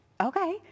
Okay